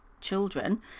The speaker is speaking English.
children